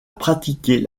pratiquer